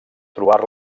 trobar